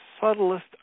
subtlest